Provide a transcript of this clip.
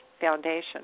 Foundation